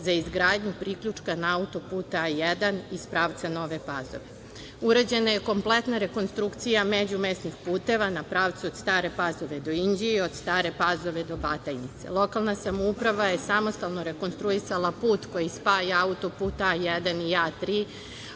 za izgradnju priključka na auto-put A-1 iz pravca Nove Pazove. Urađena je kompletna rekonstrukcija međumesnih puteva na pravcu od Stare Pazove do Inđije i od Stare Pazove do Batajnice. Lokalna samouprava je samostalno rekonstruisala put koji spaja auto-put A-1 i A-3,